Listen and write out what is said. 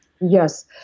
Yes